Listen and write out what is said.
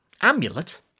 Amulet